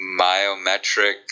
Myometric